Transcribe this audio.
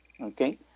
okay